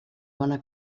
bona